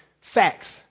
facts